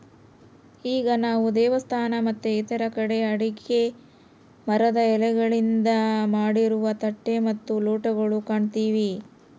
ಈಗ ನಾವು ದೇವಸ್ಥಾನ ಮತ್ತೆ ಇತರ ಕಡೆ ಅಡಿಕೆ ಮರದ ಎಲೆಗಳಿಂದ ಮಾಡಿರುವ ತಟ್ಟೆ ಮತ್ತು ಲೋಟಗಳು ಕಾಣ್ತಿವಿ